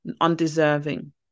undeserving